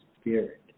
Spirit